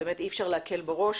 אי-אפשר להקל בו ראש,